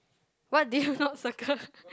what did you not circle